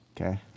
Okay